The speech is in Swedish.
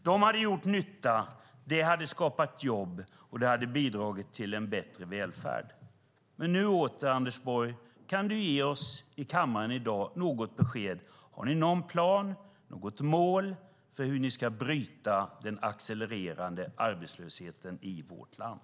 De hade gjort nytta, det hade skapat jobb och det hade bidragit till en bättre välfärd. Anders Borg! Kan du i kammaren i dag ge oss besked. Har ni någon plan och något mål för hur ni ska bryta den accelererande arbetslösheten i vårt land?